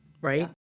right